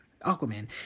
Aquaman